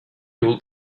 old